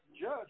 judge